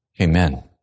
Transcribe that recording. Amen